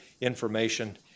information